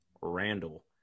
Randall